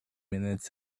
minutes